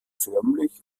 förmlich